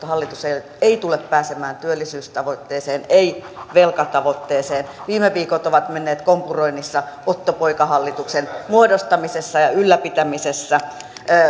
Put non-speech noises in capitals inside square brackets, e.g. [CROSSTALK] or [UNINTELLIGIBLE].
[UNINTELLIGIBLE] hallitus ei tule pääsemään työllisyystavoitteeseen ei velkatavoitteeseen viime viikot ovat menneet kompuroinnissa ottopoikahallituksen muodostamisessa ja ylläpitämisessä